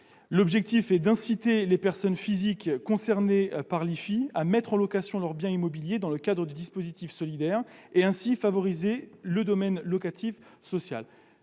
L'objectif est d'inciter les personnes physiques concernées par l'IFI à mettre en location leurs biens immobiliers dans le cadre des dispositifs solidaires et, ainsi, de favoriser le domaine locatif social.